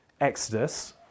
Exodus